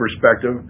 perspective